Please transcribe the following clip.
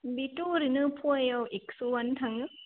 बेथ' ओरैनो फआयाव एक्स' आनो थाङो